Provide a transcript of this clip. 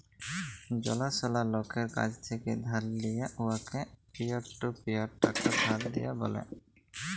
জালাশলা লকের কাছ থ্যাকে ধার লিঁয়ে উয়াকে পিয়ার টু পিয়ার টাকা ধার দিয়া ব্যলে